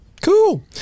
Cool